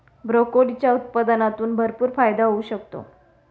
ब्रोकोलीच्या उत्पादनातून भरपूर फायदा होऊ शकतो